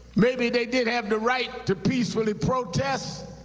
maybe they did have the right to peacefully protest.